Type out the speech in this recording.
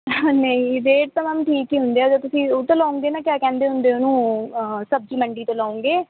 ਨਹੀਂ ਰੇਟ ਤਾਂ ਮੈਮ ਠੀਕ ਹੀ ਹੁੰਦੇ ਆ ਜੇ ਤੁਸੀਂ ਉਹ ਤੋਂ ਲਉਂਗੇ ਨਾ ਕਿਆ ਕਹਿੰਦੇ ਹੁੰਦੇ ਉਹਨੂੰ ਸਬਜ਼ੀ ਮੰਡੀ ਤੋਂ ਲਉਗੇ